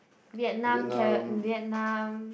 Vietnam c~ Vietnam